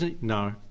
No